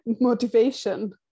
motivation